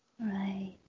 right